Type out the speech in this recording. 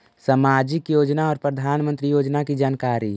समाजिक योजना और प्रधानमंत्री योजना की जानकारी?